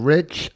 Rich